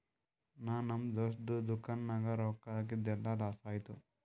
ನಾ ನಮ್ ದೋಸ್ತದು ದುಕಾನ್ ನಾಗ್ ರೊಕ್ಕಾ ಹಾಕಿದ್ ಎಲ್ಲಾ ಲಾಸ್ ಆಯ್ತು